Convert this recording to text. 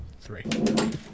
Three